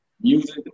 music